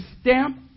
stamp